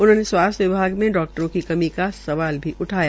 उन्होंने स्वास्थ्य विभाग में डाक्टरों की कमी का सवाल भी उठाया